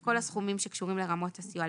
כל הסכומים שקשורים לרמות הסיוע,